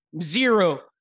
zero